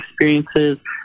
experiences